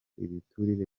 ibiturire